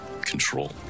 control